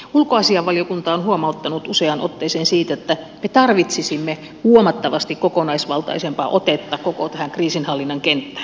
ulkoasiainvaliokunta on huomauttanut useaan otteeseen siitä että me tarvitsisimme huomattavasti kokonaisvaltaisempaa otetta koko tähän kriisinhallinnan kenttään